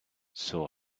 saw